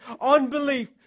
unbelief